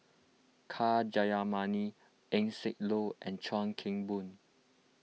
K Jayamani Eng Siak Loy and Chuan Keng Boon